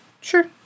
Sure